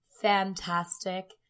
fantastic